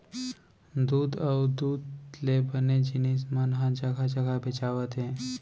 दूद अउ दूद ले बने जिनिस मन ह जघा जघा बेचावत हे